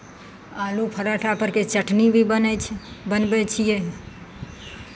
आलू पराठा परके चटनी भी बनै छै बनबै छियै